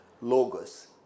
Logos